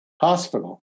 hospital